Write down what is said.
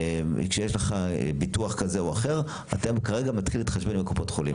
וכשיש לך ביטוח כזה או אחר אתם כרגע מתחילים להתחשבן עם קופות חולים.